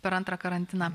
per antrą karantiną